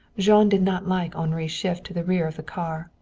jean did not like henri's shift to the rear of the car.